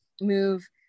move